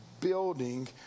building